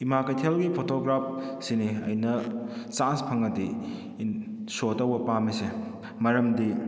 ꯏꯃꯥ ꯀꯩꯊꯦꯜꯒꯤ ꯐꯣꯇꯣꯒ꯭ꯔꯥꯐ ꯁꯤꯅꯤ ꯑꯩꯅ ꯆꯥꯟꯁ ꯐꯪꯂꯗꯤ ꯁꯣ ꯇꯧꯕ ꯄꯥꯝꯂꯤꯁꯦ ꯃꯔꯝꯗꯤ